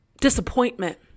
disappointment